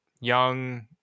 young